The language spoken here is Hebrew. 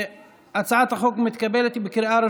להעביר את הצעת חוק הארכת השעיה של עובד המדינה ופיטורים